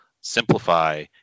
simplify